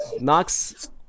knocks